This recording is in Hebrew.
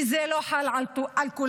כי זה לא חל על כולם.